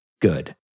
good